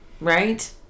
Right